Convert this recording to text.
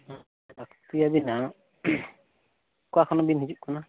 ᱞᱟᱹᱠᱛᱤ ᱟᱹᱵᱤᱱᱟᱜ ᱚᱠᱟ ᱠᱷᱚᱱᱵᱤᱱ ᱦᱤᱡᱩᱜ ᱠᱟᱱᱟ